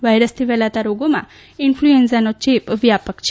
વાયરસથી ફેલાતા રોગોમાં ઇન્ફ્લુએન્ઝાનો ચેપ વ્યાપક છે